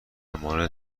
مورد